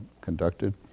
conducted